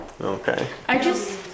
Okay